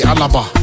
Alaba